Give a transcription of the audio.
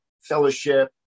fellowship